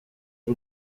y’u